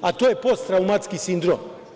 a to je posttraumatski sindrom?